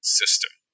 system